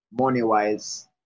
money-wise